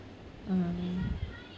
(uh huh)